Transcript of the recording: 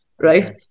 right